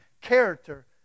character